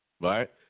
Right